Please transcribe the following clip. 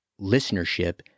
listenership